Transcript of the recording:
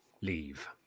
leave